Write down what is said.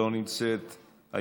לא נמצאת,